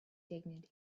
dignity